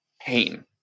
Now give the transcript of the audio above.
pain